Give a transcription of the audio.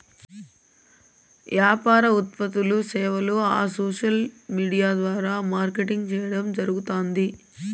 యాపార ఉత్పత్తులూ, సేవలూ ఆ సోసల్ విూడియా ద్వారా మార్కెటింగ్ చేయడం జరగుతాంది